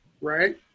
right